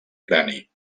crani